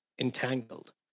entangled